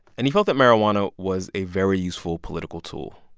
and he felt that marijuana was a very useful political tool.